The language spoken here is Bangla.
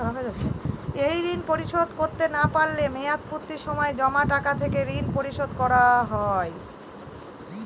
এই ঋণ পরিশোধ করতে না পারলে মেয়াদপূর্তির সময় জমা টাকা থেকে ঋণ পরিশোধ করা হয়?